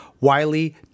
Wiley